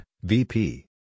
VP